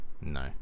No